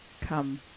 come